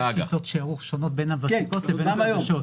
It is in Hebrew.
אבל יש שיטות שערוך שונות בין הוותיקות לבין החדשות.